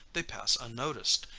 they pass unnoticed,